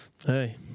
hey